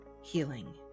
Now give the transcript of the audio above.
healing